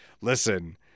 listen